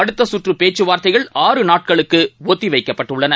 அடுத்த சுற்று பேச்சுவார்ததைகள் ஆறு நாட்களுக்கு ஒத்திவைக்கப்பட்டுள்ளன